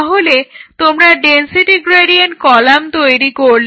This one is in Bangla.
তাহলে তোমরা ডেনসিটি গ্রেডিয়েন্ট কলাম তৈরি করলে